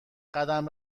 قدم